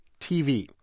TV